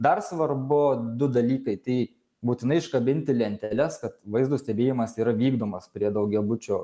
dar svarbu du dalykai tai būtinai iškabinti lenteles kad vaizdo stebėjimas yra vykdomas prie daugiabučio